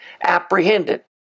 apprehended